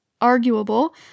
arguable